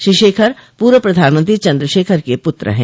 श्री शेखर पूर्व प्रधानमंत्री चन्द्रशेखर के पुत्र है